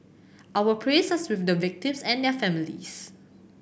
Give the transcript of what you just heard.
our prayers are with the victims and their families